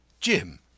Jim